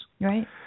Right